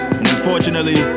Unfortunately